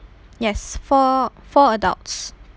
yes four four adults